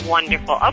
Wonderful